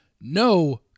no